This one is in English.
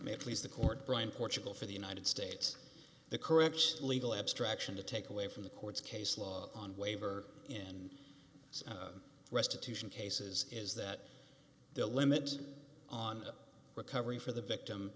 may please the court brian portugal for the united states the correct legal abstraction to take away from the courts case law on waiver in restitution cases is that the limits on recovering for the victim